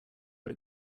but